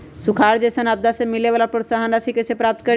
सुखार जैसन आपदा से मिले वाला प्रोत्साहन राशि कईसे प्राप्त करी?